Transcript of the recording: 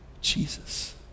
Jesus